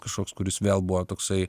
kažkoks kuris vėl buvo toksai